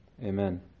Amen